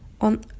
on